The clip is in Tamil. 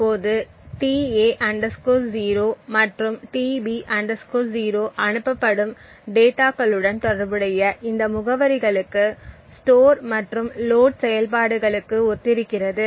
இப்போது tA 0 மற்றும் tB 0 அனுப்பப்படும் டேட்டாகளுடன் தொடர்புடைய இந்த முகவரிகளுக்கு ஸ்டார் மற்றும் லோட் செயல்பாடுகளுக்கு ஒத்திருக்கிறது